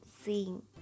seeing